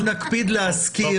אצלך?